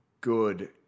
good